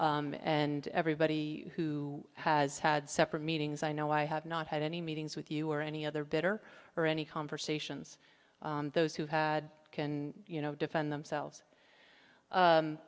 and everybody who has had separate meetings i know i have not had any meetings with you or any other better or any conversations those who had can you know defend themselves